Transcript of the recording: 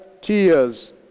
tears